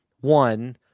one